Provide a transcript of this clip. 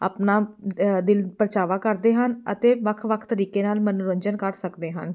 ਆਪਣਾ ਦਿਲ ਪਰਚਾਵਾ ਕਰਦੇ ਹਨ ਅਤੇ ਵੱਖ ਵੱਖ ਤਰੀਕੇ ਨਾਲ਼ ਮਨੋਰੰਜਨ ਕਰ ਸਕਦੇ ਹਨ